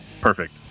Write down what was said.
Perfect